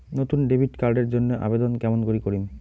নতুন debit card এর জন্যে আবেদন কেমন করি করিম?